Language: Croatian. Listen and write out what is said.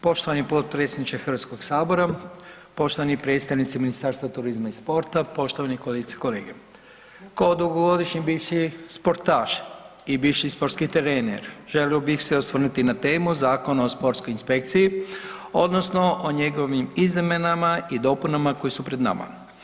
Poštovani potpredsjedniče Hrvatskog sabora, poštovani predstavnici Ministarstva turizma i sporta, poštovane kolegice i kolege, ko dugogodišnji bivši sportaš i bivši sportski trener želio bih se osvrnuti na temu Zakon o sportskoj inspekciji odnosno o njegovim izmjenama i dopunama koje su pred nama.